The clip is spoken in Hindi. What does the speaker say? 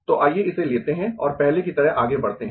तो आइए इसे लेते है और पहले की तरह आगे बढ़ते है